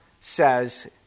says